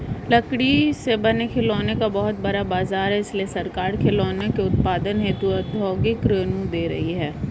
लकड़ी से बने खिलौनों का बहुत बड़ा बाजार है इसलिए सरकार खिलौनों के उत्पादन हेतु औद्योगिक ऋण दे रही है